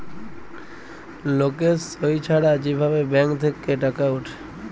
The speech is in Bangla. লকের সই ছাড়া যে ভাবে ব্যাঙ্ক থেক্যে টাকা উঠে